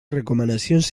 recomanacions